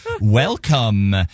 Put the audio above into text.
welcome